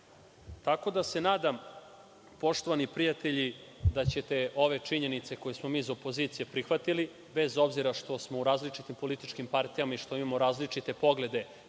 okruženja. Nadam se, poštovani prijatelji, da ćete ove činjenice koje smo mi iz opozicije prihvatili, bez obzira što smo u različitim političkim partijama i što imamo različite poglede